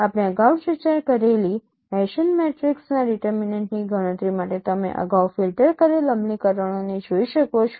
આપણે ચર્ચા કરેલી હેસીયન મેટ્રિક્સના ડિટરમીનેન્ટની ગણતરી માટે તમે અગાઉ ફિલ્ટર કરેલ અમલીકરણોને જોઈ શકો છો